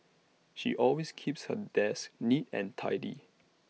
she always keeps her desk neat and tidy